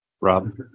Rob